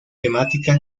temática